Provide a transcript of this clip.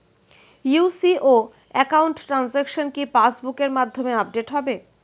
UCO account transaction কি পাস বুকের মধ্যে আপডেট হবে?